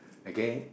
again